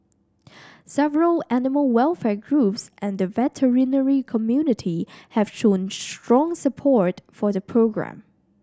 several animal welfare groups and the veterinary community have shown strong support for the programme